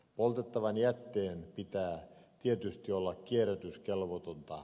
poltettavan jätteen pitää tietysti olla kierrätyskelvotonta